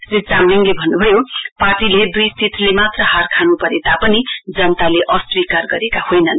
श्री चामलिङले भन्नुभयो पार्टीले दुई सीटले मात्र हार खान् परे तापनि जनताले अस्वीकार गरेका होइनन्